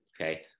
Okay